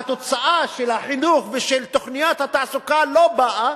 התוצאה של החינוך ושל תוכניות התעסוקה לא באה,